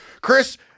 Chris